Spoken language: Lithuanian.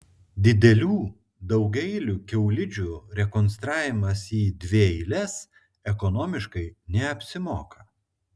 didelių daugiaeilių kiaulidžių rekonstravimas į dvieiles ekonomiškai neapsimoka